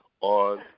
on